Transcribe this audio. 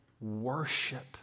worship